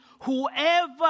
whoever